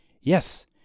Yes